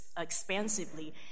expansively